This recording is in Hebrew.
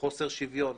חוסר שוויון.